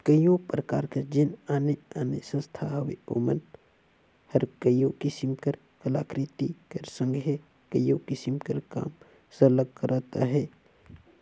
कइयो परकार कर जेन आने आने संस्था हवें ओमन हर कइयो किसिम कर कलाकृति कर संघे कइयो किसिम कर काम सरलग करत अहें